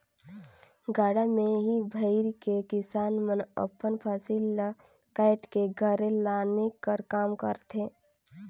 गाड़ा मे ही भइर के किसान मन अपन फसिल ल काएट के घरे लाने कर काम करथे